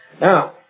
Now